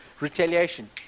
Retaliation